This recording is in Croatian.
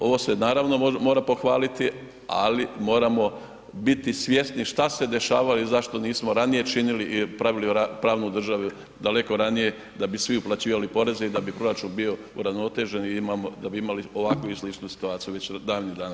Ovo se naravno mora pohvaliti, ali moramo biti svjesni šta se dešavalo i zašto nismo ranije činili i pravili pravnu državu daleko ranije da bi svi uplaćivali poreze i da bi proračun bio uravnotežen i da bi imali ovakvu ili sličnu situaciju već davnih dana.